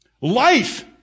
Life